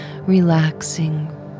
relaxing